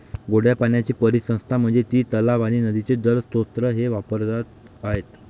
गोड्या पाण्याची परिसंस्था म्हणजे ती तलाव आणि नदीचे जलस्रोत जे वापरात आहेत